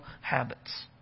habits